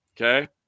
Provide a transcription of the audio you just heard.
Okay